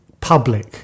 public